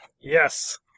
Yes